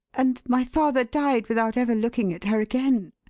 and my father died without ever looking at her again.